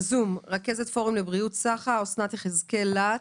רכזת פורום לבריאות סאחה, אסנת יחזקאל להט.